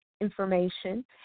information